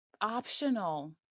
optional